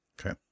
Okay